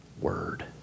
word